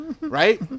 right